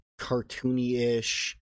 cartoony-ish